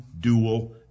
dual